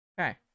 Okay